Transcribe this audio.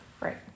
right